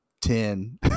Ten